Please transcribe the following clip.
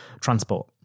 transport